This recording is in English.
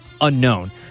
unknown